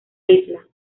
isla